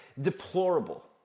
deplorable